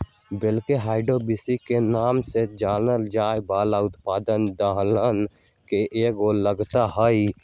black eyed beans के नाम से जानल जाये वाला उत्पाद दलहन के एगो लागत हई